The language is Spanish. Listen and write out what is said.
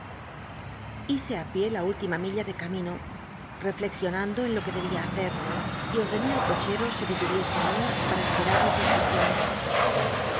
hice pié la última milla de camino reflexionando en lo que debía hacer y ol'dené al cochero se detu icsc allí para esperar mis instrucciones